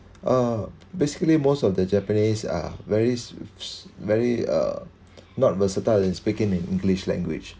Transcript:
uh basically most of the japanese are very very uh not versatile in speaking in english language